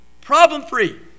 Problem-free